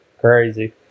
crazy